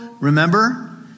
remember